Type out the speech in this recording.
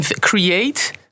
create